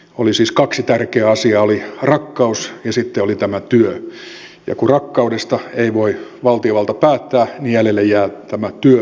oli siis kaksi tärkeää asiaa oli rakkaus ja sitten oli työ ja kun rakkaudesta ei voi valtiovalta päättää niin jäljelle jää tämä työhön vaikuttaminen